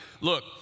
Look